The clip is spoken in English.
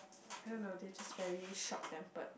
I don't know they just very short tempered